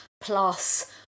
plus